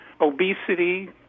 obesity